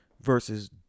versus